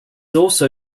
also